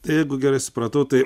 jeigu gerai supratau tai